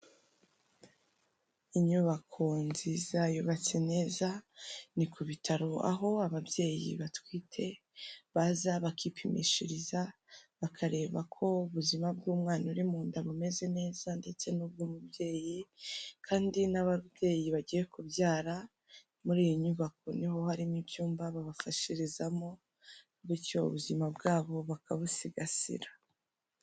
Inyubako nziza yubatse neza, ni ku bitaro aho ababyeyi batwite baza bakipimishiriza bakareba ko ubuzima bw'umwana uri mu nda bumeze neza ndetse n'ubw'umubyeyi, kandi n'ababyeyi bagiye kubyara, muri iyi nyubako ni ho harimo icyumba babafashirizamo, bityo ubuzima bwabo bakabusigasira